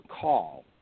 call